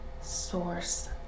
source